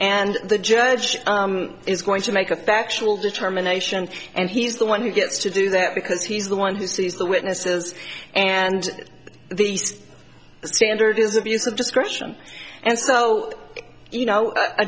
and the judge is going to make a factual determination and he's the one who gets to do that because he's the one who sees the witnesses and the standard is abuse of discretion and so you know i